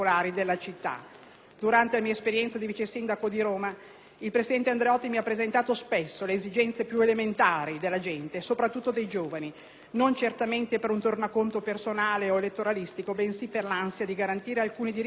Durante la mia esperienza di Vice Sindaco di Roma il Presidente mi ha presentato spesso le esigenze più elementari della gente, soprattutto dei giovani, non certamente per un tornaconto personale o elettoralistico, bensì per l'ansia di garantire alcuni diritti fondamentali.